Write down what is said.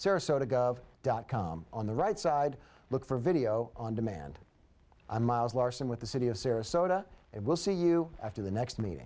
sarasota dot com on the right side look for video on demand miles larsen with the city of sarasota it will see you after the next me